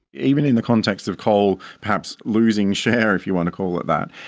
even in the context of coal perhaps losing share, if you want to call it that,